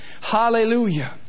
Hallelujah